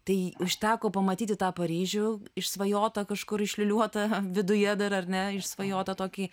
tai užteko pamatyti tą paryžių išsvajotą kažkur išliūliuota viduje dar ar ne išsvajotą tokį